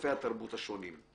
ובמוספי התרבות השונים.